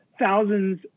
Thousands